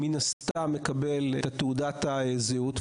מן הסתם מקבל את תעודת הזהות,